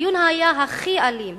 הדיון היה הכי אלים